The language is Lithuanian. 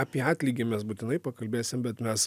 apie atlygį mes būtinai pakalbėsim bet mes